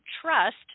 trust